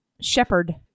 shepherd